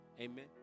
Amen